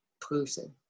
person